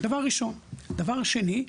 דבר שני,